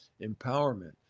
empowerment